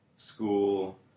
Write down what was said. School